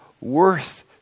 worth